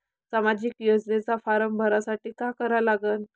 सामाजिक योजनेचा फारम भरासाठी का करा लागन?